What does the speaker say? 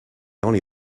only